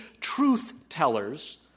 truth-tellers